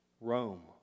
Rome